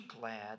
glad